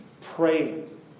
praying